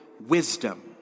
wisdom